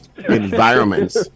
environments